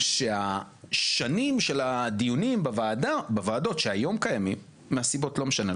שהשנים של הדיונים בוועדות שהיום קיימות מהסיבות לא משנה,